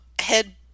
head